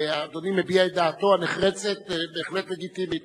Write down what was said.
ואדוני מביע את דעתו הנחרצת, בהחלט לגיטימית,